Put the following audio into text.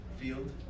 field